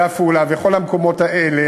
עפולה וכל המקומות האלה,